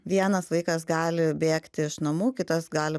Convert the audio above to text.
vienas vaikas gali bėgti iš namų kitas gali